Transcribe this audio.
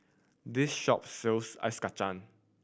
this shop sells Ice Kachang